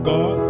God